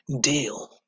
deal